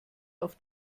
auf